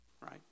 right